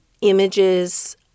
images